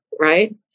Right